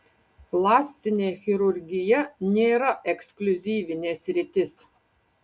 plastinė chirurgija nėra ekskliuzyvinė sritis